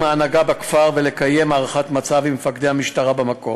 ההנהגה בכפר ולקיים הערכת מצב עם מפקדי המשטרה במקום,